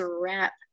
wrap